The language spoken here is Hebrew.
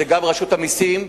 זה גם רשות המסים.